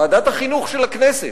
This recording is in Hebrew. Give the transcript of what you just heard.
ועדת החינוך של הכנסת.